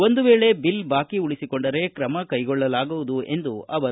ಒಂದು ವೇಳೆ ಬಿಲ್ ಬಾಕಿ ಉಳಿಸಿಕೊಂಡರೆ ಕ್ರಮ ಕೈಗೊಳ್ಳಲಾಗುವುದು ಎಂದರು